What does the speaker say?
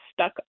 stuck